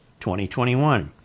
2021